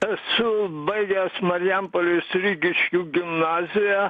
esu baigęs marijampolės rygiškių gimnazijoje